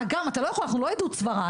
הגם, אתה לא יכול, אנחנו לא עדות סברה.